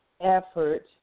effort